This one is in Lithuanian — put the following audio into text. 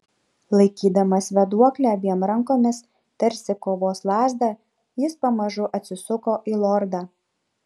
laikydamas vėduoklę abiem rankomis tarsi kovos lazdą jis pamažu atsisuko į lordą